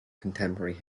contemporary